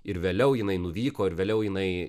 ir vėliau jinai nuvyko ir vėliau jinai